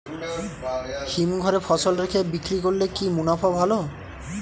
হিমঘরে ফসল রেখে বিক্রি করলে কি মুনাফা ভালো?